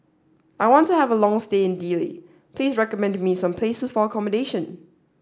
I want to have a long stay in Dili please recommend me some places for accommodation